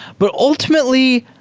but ultimately,